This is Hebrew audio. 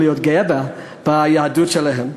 להיות גאים ביהדות שלהם.